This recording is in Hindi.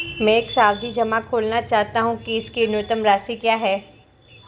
मैं एक सावधि जमा खोलना चाहता हूं इसकी न्यूनतम राशि क्या है?